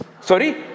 Sorry